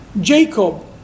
Jacob